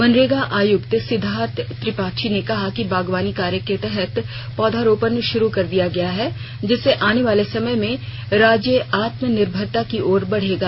मनरेगा आयुक्त सिद्वार्थ त्रिपाठी ने कहा कि बागवानी कार्य के तहत पौधारोपण शुरू कर दिया गया है जिससे आने वाले समय में राज्य आत्मनिर्भरता की ओर बढेगा